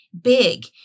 big